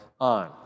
on